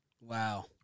Wow